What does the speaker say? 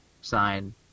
sign